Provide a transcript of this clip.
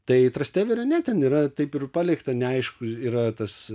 tai trasteverio ne ten yra taip ir palikta neaišku yra tas